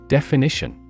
Definition